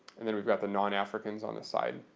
and then we've got the non-africans on this side.